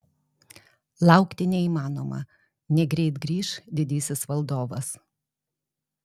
laukti neįmanoma negreit grįš didysis valdovas